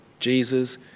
Jesus